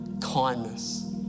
kindness